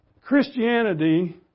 Christianity